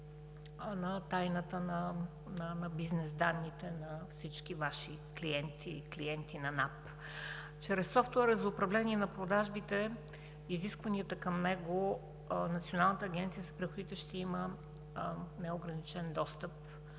на тайната на бизнес данните на всички Ваши клиенти и клиенти на НАП. Чрез софтуера за управление на продажбите и изискванията към него Националната агенция за приходите ще има неограничен достъп